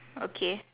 okay